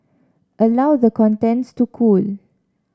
allow the contents to cool